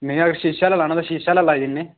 नेईं अगर शीशे आह्ला लाना तां शीशे आह्ला लाई दिन्ने